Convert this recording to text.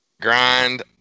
grind